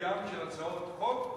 בים של הצעות חוק,